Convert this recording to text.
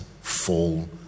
fall